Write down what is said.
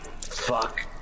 fuck